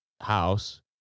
house